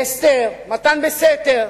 בהסתר, מתן בסתר.